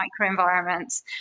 microenvironments